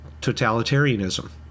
totalitarianism